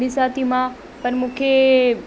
ॾिसां थी मां पर मूंखे